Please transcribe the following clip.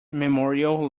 memorial